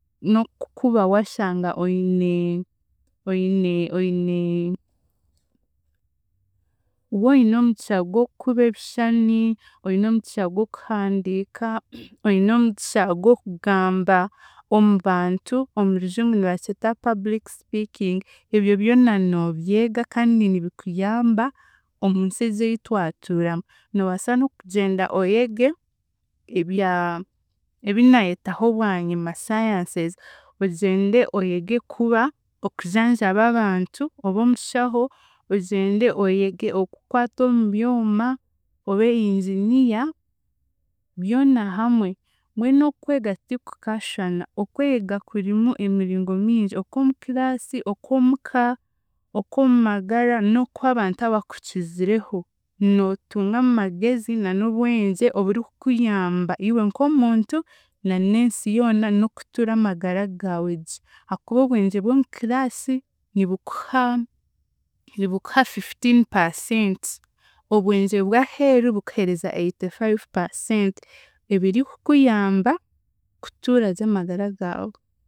N'okukuba waashanga oine oine oine woine omugisha gw'okukuba ebishani, oine omuisha gw'okuhandiika, oine omugisha gw'okugamba omu bantu omu Rujungu nibakyeta public speaking ebyo byona noobyega kandi nibikuyamba omu nsi ezi ei twatuuramu. Noobaasa n'okugyenda eyege ebya, ebi naayetaho bwanyima sciences, ogyende oyege kuba okujanjaba abantu obe omushaho, ogyende oyege okukwata omu byoma obe engineer byona hamwe, mbwenu okwega tikukaashwana, okwega kurimu emiringo mingi okw'omu class, okw'omuka, okw'omu magara n'okw'abantu abakukizireho, nootunga amagezi na n'obwengye oburikukuyamba iwe nk'omuntu na n'ensi yoona n'okutuura amagara gaawe gye ahaakuba obwengye bw'omu class nibukuha, nibukuha fifteen percent obwengye bw'aheeru bukuheereza eighty five percent ebirikukuyamba kutuuragye amagara gaawe.